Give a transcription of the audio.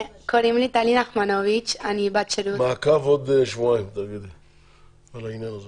קוראים לי טלי נחמנוביץ', אני בת שירות בבית חולים